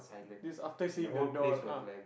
this after seeing the door ah